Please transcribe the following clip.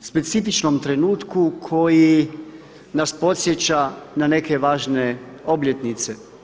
specifičnom trenutku koji nas podsjeća na neke važne obljetnice.